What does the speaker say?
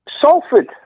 Salford